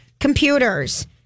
computers